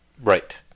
Right